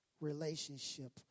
relationship